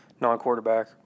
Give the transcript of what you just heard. non-quarterback